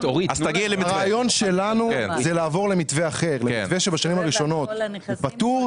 הרעיון שלנו הוא לעבור למתווה אחר: בשנים הראשונות הוא פטור,